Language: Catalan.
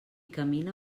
camina